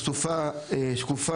לכל ההוראות שקשורות לכיבוי והדלקת אש